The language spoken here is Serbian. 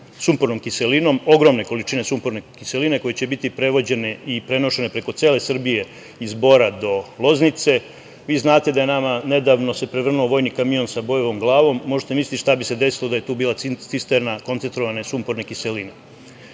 sumpornom kiselinom. Ogromne količine sumporne kiseline koje će biti prenošene preko cele Srbije, iz Bora do Loznice. Vi znate da se nama nedavno prevrnuo vojni kamion sa bojevom glavom, možete misliti šta bi se desilo da je tu bila cisterna koncentrovane sumporne kiseline.S